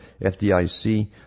FDIC